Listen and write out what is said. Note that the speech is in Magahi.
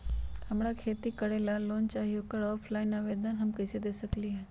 हमरा खेती करेला लोन चाहि ओकर ऑफलाइन आवेदन हम कईसे दे सकलि ह?